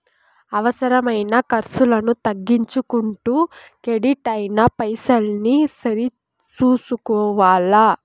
అవసరమైన కర్సులను తగ్గించుకుంటూ కెడిట్ అయిన పైసల్ని సరి సూసుకోవల్ల